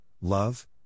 love